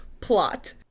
plot